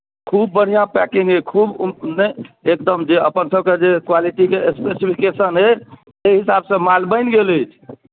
खूब बढ़ियाँ पैकिंग अइ खूब नहि एकदम जे अपनसभके जे क्वालिटीक जे स्पेसिफिकेशन अइ ताहि हिसाबसँ माल बनि गेल अछि